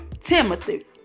Timothy